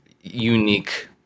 unique